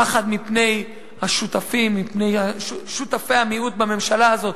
פחד מפני השותפים, מפני שותפי המיעוט בממשלה הזאת.